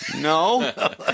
No